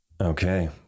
okay